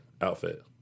outfit